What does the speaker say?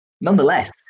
Nonetheless